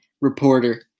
reporter